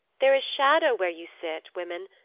there is shadow where you sit, women,